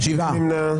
מי נמנע?